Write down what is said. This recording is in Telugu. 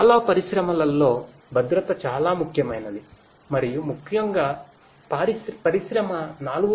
చాలా పరిశ్రమలలో భద్రత చాలా ముఖ్యమైనది మరియు ముఖ్యంగా పరిశ్రమ 4